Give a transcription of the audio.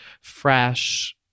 fresh